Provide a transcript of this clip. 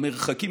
המרחקים,